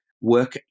work